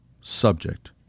subject